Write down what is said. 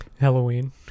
halloween